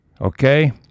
Okay